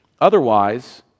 otherwise